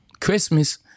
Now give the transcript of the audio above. Christmas